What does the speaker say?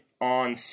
on